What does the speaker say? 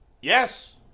Yes